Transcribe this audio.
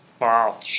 Wow